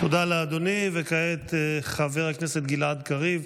תודה לאדוני, וכעת, חבר הכנסת גלעד קריב.